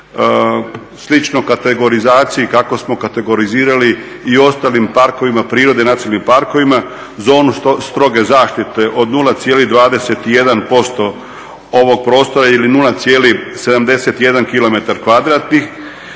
sličnu kategorizaciju kako smo kategorizirali i u ostalim parkovima prirode i nacionalnim parkovima zonu stroge zaštite od 0,21% ovog prostora ili 0,71 km